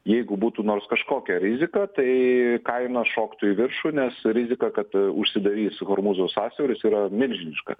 jeigu būtų nors kažkokia rizika tai kainos šoktų į viršų nes rizika kad užsidarys hormūzo sąsiauris yra milžiniška